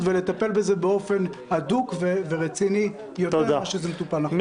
ולטפל בזה באופן הדוק ורציני יותר מאשר זה מטופל כעת תודה.